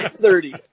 thirty